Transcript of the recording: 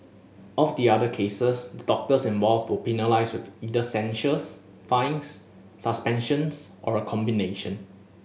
of the other cases the doctors involved were penalised with either censures fines suspensions or a combination